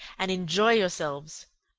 and enjoy yourselves.